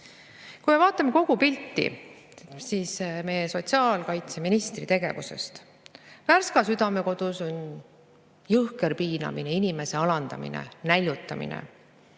midagi. Vaatame kogupilti meie sotsiaalkaitseministri tegevuse kohta. Värska Südamekodus oli jõhker piinamine, inimese alandamine, näljutamine.